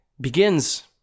begins